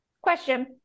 question